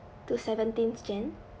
to seventeenth jan